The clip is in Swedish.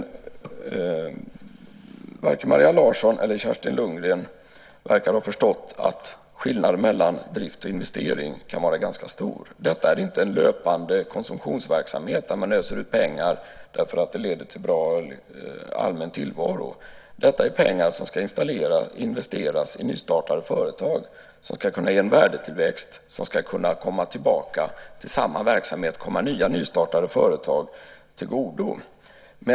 Varken Maria Larsson eller Kerstin Lundgren verkar ha förstått att skillnaden mellan drift och investering kan vara ganska stor. Detta är inte en löpande konsumtionsverksamhet där man öser ut pengar för att det leder till en god allmän tillvaro. Detta är pengar som ska investeras i nystartade företag. De ska ge en värdetillväxt som ska kunna gå tillbaka till verksamheten och komma fler nystartade företag till godo.